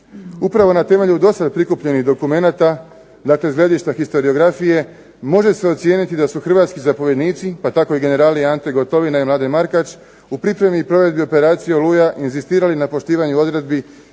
Upravo na temelju do sada prikupljenih dokumenata, dakle s gledišta historiografije može se ocijeniti da su Hrvatski zapovjednici, pa tako i generali Ante Gotovina i Mladen Markač u pripremi i provedbi operacije Oluja inzistirali na poštivanju odredbi